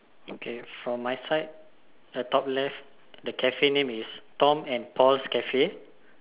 okay from my side the top left the Cafe name is Tom and Paul's Cafe